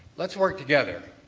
let's work together.